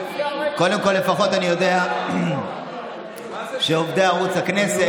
לפחות אני יודע שעובדי ערוץ הכנסת,